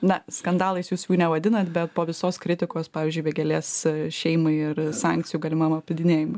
na skandalais jūs jų nevadinat bet po visos kritikos pavyzdžiui vėgėlės šeimai ir sankcijų galimam apeidinėjimui